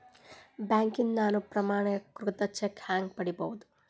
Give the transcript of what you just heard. ಬ್ಯಾಂಕ್ನಿಂದ ನಾನು ಪ್ರಮಾಣೇಕೃತ ಚೆಕ್ ಹ್ಯಾಂಗ್ ಪಡಿಬಹುದು?